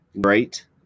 great